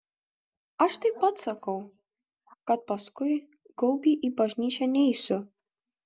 aš taip pat sakau kad paskui gaubį į bažnyčią neisiu